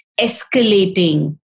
escalating